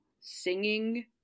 singing